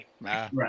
Right